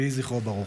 יהי זכרו ברוך.